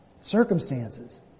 Circumstances